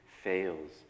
fails